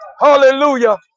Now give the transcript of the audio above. hallelujah